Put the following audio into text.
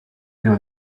prima